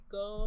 go